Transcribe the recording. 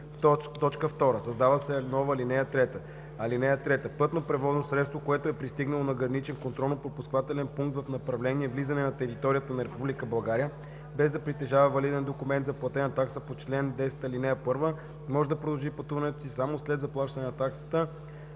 2. Създава се нова ал. 3: „(3) Пътно превозно средство, което е пристигнало на граничен контролно-пропускателен пункт в направление влизане на територията на Република България, без да притежава валиден документ за платена такса по чл. 10, ал. 1, може да продължи пътуването си само след заплащане на таксата